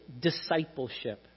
discipleship